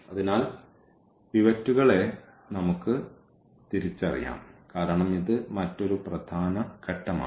അതിനാൽ പിവറ്റുകളെ നമുക്ക് തിരിച്ചറിയാം കാരണം ഇത് മറ്റൊരു പ്രധാന ഘട്ടമാണ്